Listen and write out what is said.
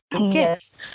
Yes